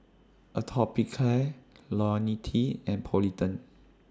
Atopiclair Ionil T and Polident